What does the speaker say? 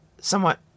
somewhat